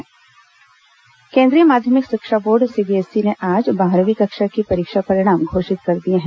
CBSE नतीजे केन्द्रीय माध्यमिक शिक्षा बोर्ड सीबीएसई ने आज बारहवीं कक्षा के परीक्षा परिणाम घोषित कर दिए हैं